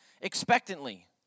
expectantly